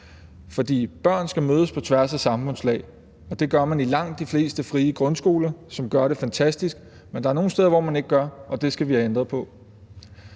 for børn skal mødes på tværs af samfundslag, og det gør man i langt de fleste frie grundskoler, som gør det fantastisk, men der er nogle steder, hvor man ikke gør det, og det skal vi have ændret på.